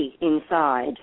inside